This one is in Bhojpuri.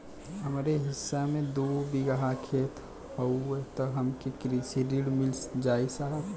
हमरे हिस्सा मे दू बिगहा खेत हउए त हमके कृषि ऋण मिल जाई साहब?